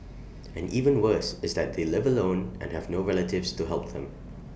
and even worse is that they live alone and have no relatives to help them